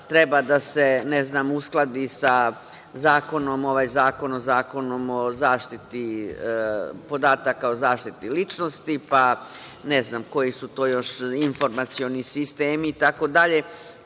treba da se, ne znam, uskladi ovaj zakon sa Zakonom o zaštiti podataka o zaštiti ličnosti, pa ne znam koji su to još informacioni sistemi itd.